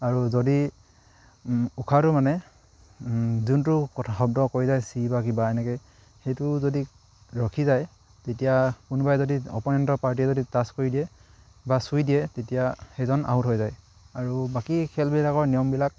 আৰু যদি উশাহটো মানে যোনটো কথা শব্দ কৈ যায় চি বা কিবা এনেকে সেইটো যদি ৰখি যায় তেতিয়া কোনোবাই যদি অপনেণ্টৰ পাৰ্টীয়ে যদি টাচ কৰি দিয়ে বা চুই দিয়ে তেতিয়া সেইজন আউট হৈ যায় আৰু বাকী খেলবিলাকৰ নিয়মবিলাক